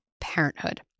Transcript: parenthood